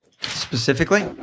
Specifically